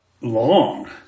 long